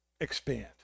expand